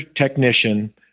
technician